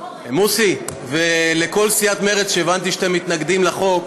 מוסי וכל סיעת מרצ, שהבנתי שאתם מתנגדים לחוק,